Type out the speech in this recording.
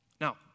Now